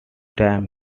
time